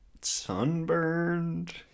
sunburned